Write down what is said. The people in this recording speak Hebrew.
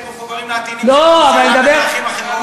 הם מחוברים לעטינים של הממשלה בדרכים אחרות.